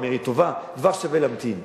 אני אומר: אם זה טוב, כבר שווה להמתין.